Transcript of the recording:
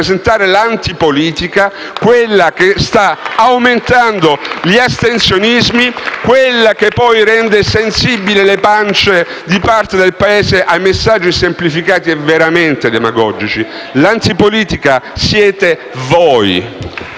dal Gruppo M5S),* quella che sta aumentando l'astensionismo, quella che rende sensibili le pance di parte del Paese ai messaggi semplificati e veramente demagogici. L'antipolitica siete voi